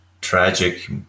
tragic